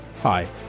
Hi